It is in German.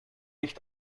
nicht